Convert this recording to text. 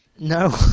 No